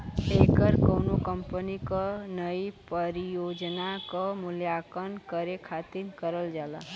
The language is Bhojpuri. ऐकर कउनो कंपनी क नई परियोजना क मूल्यांकन करे खातिर करल जाला